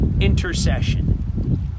intercession